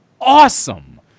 awesome